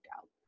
out